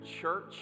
Church